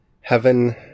Heaven